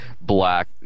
black